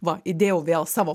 va įdėjau vėl savo